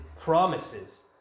promises